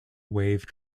wave